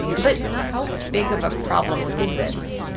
but how big of a problem is this?